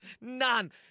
None